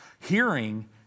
Hearing